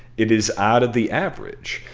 it is out of the average.